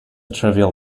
trivial